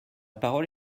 parole